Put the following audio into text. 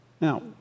Now